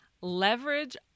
leverage